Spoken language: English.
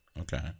Okay